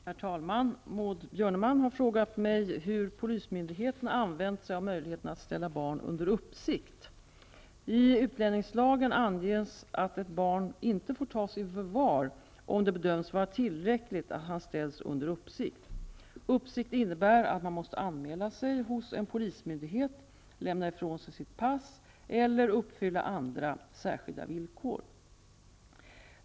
Herr talman! Maud Björnemalm har frågat mig hur polismyndigheterna använt sig av möjligheten att ställa barn under uppsikt. I utlänningslagen anges att ett barn inte får tas i förvar om det bedöms vara tillräckligt att han ställs under uppsikt. Uppsikt innebär att man måste anmäla sig hos en polismyndighet, lämna ifrån sig sitt pass eller uppfylla andra särskilda villkor.